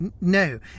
No